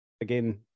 again